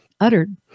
uttered